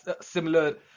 Similar